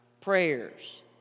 prayers